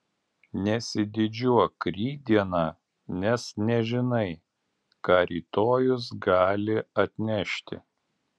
nesididžiuok rytdiena nes nežinai ką rytojus gali atnešti